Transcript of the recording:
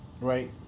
right